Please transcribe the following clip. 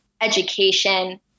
education